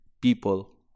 people